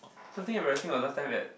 something embarrassing about last time at